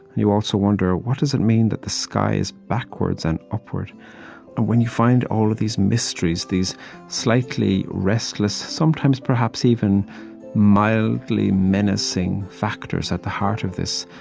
you also wonder, what does it mean that the sky is backwards and upward? and when you find all of these mysteries, these slightly restless, sometimes, perhaps, even mildly menacing factors at the heart of this,